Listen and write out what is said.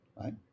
right